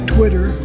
Twitter